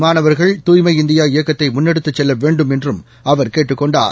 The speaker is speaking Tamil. மாணவர்கள் தூய்மை இந்தியா இயக்கத்தைமுன்னெடுத்துச் செல்லவேண்டும் என்றுஅவர் கேட்டுக் கொண்டார்